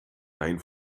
dein